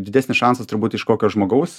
didesnis šansas turbūt iš kokio žmogaus